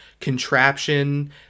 Contraption